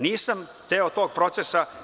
Nisam deo tog procesa.